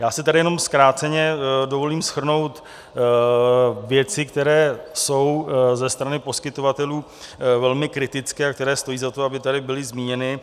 Já si jenom zkráceně dovolím shrnout věci, které jsou ze strany poskytovatelů velmi kritické a které stojí za to, aby tady byly zmíněny.